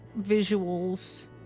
visuals